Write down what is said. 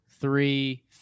three